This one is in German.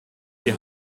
die